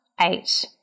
eight